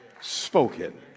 spoken